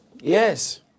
Yes